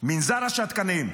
מנזר השתקנים.